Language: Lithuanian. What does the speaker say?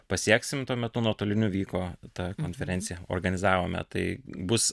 pasieksim tuo metu nuotoliniu vyko ta konferencija organizavome tai bus